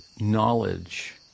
Knowledge